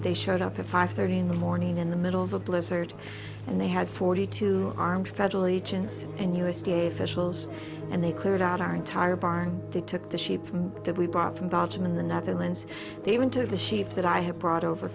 they showed up at five thirty in the morning in the middle of a blizzard and they had forty two armed federal agents and u s d a official and they cleared out our entire barn they took the sheep that we brought from belgium and the netherlands they went to the sheep that i had brought over